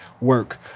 work